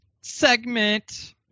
segment